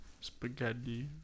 Spaghetti